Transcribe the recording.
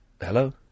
Hello